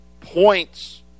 points